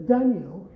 Daniel